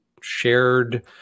shared